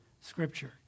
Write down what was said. scripture